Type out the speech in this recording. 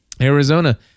Arizona